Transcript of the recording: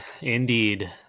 Indeed